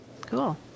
Cool